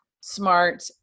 smart